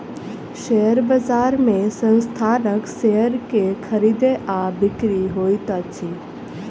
share बजार में संस्थानक शेयर के खरीद आ बिक्री होइत अछि